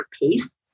pace